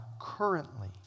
currently